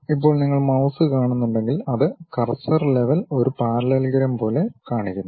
ഇപ്പോൾ നിങ്ങൾ മൌസ് കാണുന്നുണ്ടെങ്കിൽ അത് കഴ്സർ ലെവൽ ഒരു പാരല്ലലഗ്രം പോലെ കാണിക്കുന്നു